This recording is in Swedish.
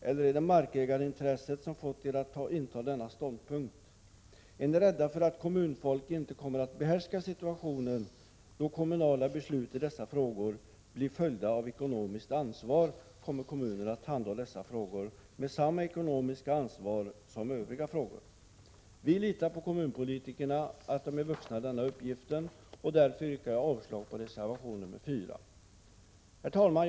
Eller är det markägarintressen som fått er att inta denna ståndpunkt? Är ni rädda för att kommunfolk inte kommer att behärska situationen? Då kommunala beslut i dessa frågor blir följda av ekonomiskt ansvar, kommer kommunerna att handha de här frågorna med samma ekonomiska ansvar som Övriga frågor. Vi litar på att kommunpolitikerna är vuxna denna uppgift, och därför yrkar jag avslag på reservation 4. Herr talman!